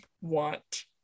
want